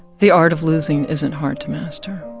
the art of losing isn't hard to master.